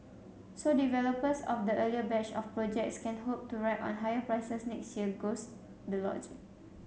so developers of the earlier batch of projects can hope to ride on higher prices next year goes the logic